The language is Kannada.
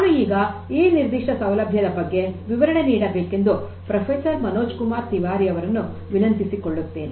ನಾನು ಈಗ ಈ ನಿರ್ದಿಷ್ಟ ಸೌಲಭ್ಯದ ಬಗ್ಗೆ ವಿವರಣೆ ನೀಡಬೇಕೆಂದು ಪ್ರೊಫೆಸರ್ ಮನೋಜ್ ಕುಮಾರ್ ತಿವಾರಿ ಅವರನ್ನು ವಿನಂತಿಸಿಕೊಳ್ಳುತ್ತೇನೆ